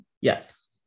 yes